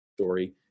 story